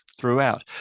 throughout